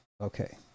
okay